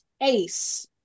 ace